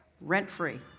rent-free